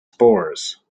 spores